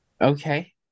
Okay